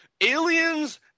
Aliens